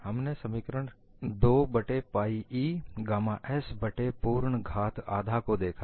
हमने समीकरण 2 बट्टे पाइ E गामा s बट्टे पूर्ण घात आधा को देखा